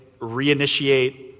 reinitiate